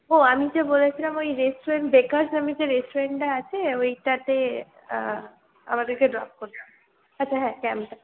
ও আমি যে বলেছিলাম ঐ রেস্টুরেন্ট বেকারস নামে যে রেস্টুরেন্টটা আছে ওইটাতে আ আমাদেরকে ড্রপ করতে আচ্ছা হ্যাঁ ক্যাম্পটা